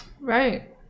Right